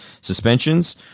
Suspensions